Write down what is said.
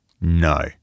No